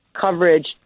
coverage